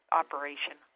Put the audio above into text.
operation